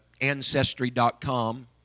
Ancestry.com